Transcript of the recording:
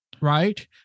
Right